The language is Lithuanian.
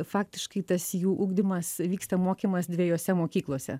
faktiškai tas jų ugdymas vyksta mokymas dviejose mokyklose